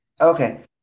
okay